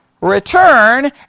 return